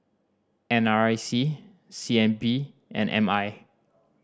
N R I C C N B and M I